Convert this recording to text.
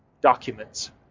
documents